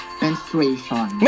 menstruation